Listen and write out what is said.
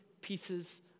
pieces